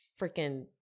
freaking